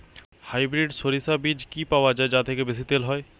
Hybrid শরিষা বীজ কি পাওয়া য়ায় যা থেকে বেশি তেল হয়?